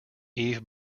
eve